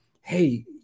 hey